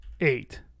eight